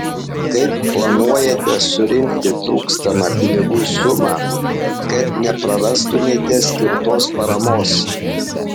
kaip planuojate surinkti trūkstamą pinigų sumą kad neprarastumėte skirtos paramos